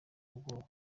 ubwoba